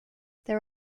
there